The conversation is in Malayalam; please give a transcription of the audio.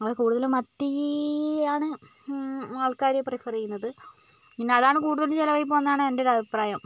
അപ്പോൾ കൂടുതലും മത്തീ ആണ് ആൾക്കാർ പ്രിഫർ ചെയ്യുന്നത് പിന്നെ അതാണ് കൂടുതൽ ചിലാവായി പോകുന്നതെന്നാണ് എൻ്റെ ഒരഭിപ്രായം